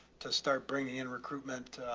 to start bringing in recruitment, ah,